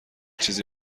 چیزی